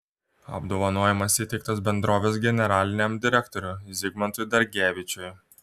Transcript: apdovanojimas įteiktas bendrovės generaliniam direktoriui zigmantui dargevičiui